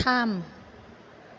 थाम